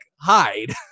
hide